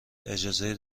اجازه